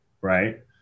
right